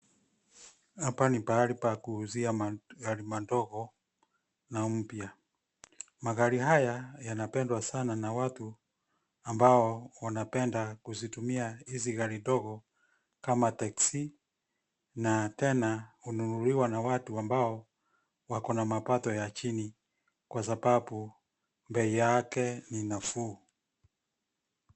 Hapa ni pahali pa kuuzia magari madogo na mpya. Magari haya yanapendwa sana na watu ambao wanapenda kuzitumia hizi gari ndogo kama taxi na tena hununuliwa na watu ambao wakona mapato ya chini kwa sababu bei yake ni nafuu.